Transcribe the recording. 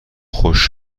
خوش